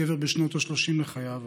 גבר בשנות השלושים לחייו,